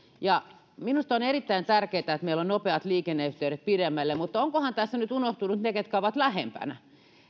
minusta on erittäin tärkeätä että meillä on nopeat liikenneyhteydet pidemmälle mutta ovatkohan tässä nyt unohtuneet ne ketkä ovat lähempänä